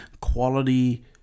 quality